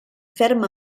ferm